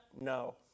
No